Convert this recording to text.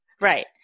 Right